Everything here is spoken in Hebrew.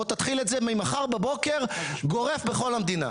בוא תתחיל את זה ממחר בבוקר, גורף בכל המדינה.